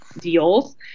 deals